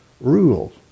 rules